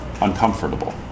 uncomfortable